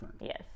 yes